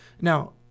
Now